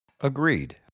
Agreed